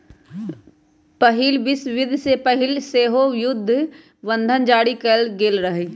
पहिल विश्वयुद्ध से पहिले सेहो जुद्ध बंधन जारी कयल गेल हइ